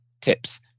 tips